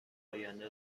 آینده